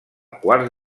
quarts